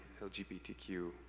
lgbtq